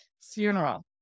funeral